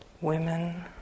women